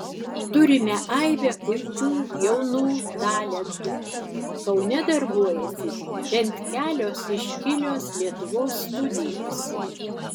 turime aibę puikių jaunų talentų kaune darbuojasi bent kelios iškilios lietuvos studijos